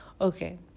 okay